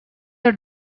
the